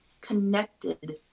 connected